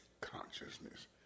consciousness